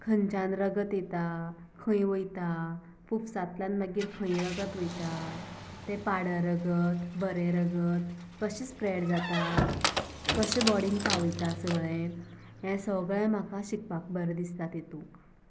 खंयच्यान रगत येता खंय वयता फुफसांतल्यान मागीर खंय रगत वयता तें पाडें रगत बरें रगत कशें स्प्रेड जाता कशे बॉडीन पावयता सगळें हें सगळें म्हाका शिकपाक बरें दिसता तितूक